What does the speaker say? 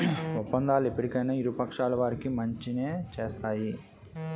ఒప్పందాలు ఎప్పటికైనా ఇరు పక్షాల వారికి మంచినే చేస్తాయి